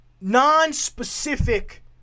non-specific